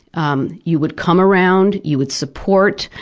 um you would come around, you would support,